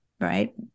right